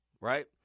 Right